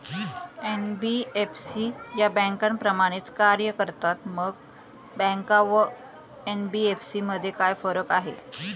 NBFC या बँकांप्रमाणेच कार्य करतात, मग बँका व एन.बी.एफ.सी मध्ये काय फरक आहे?